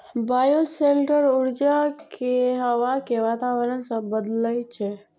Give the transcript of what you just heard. bioshelter ऊर्जा कें हवा के वातावरण सं बदलै छै